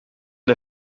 der